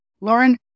lauren